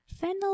Fennel